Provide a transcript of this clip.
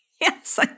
Yes